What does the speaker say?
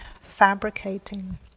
fabricating